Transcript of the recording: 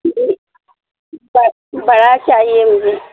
جی بڑا چاہیے مجھے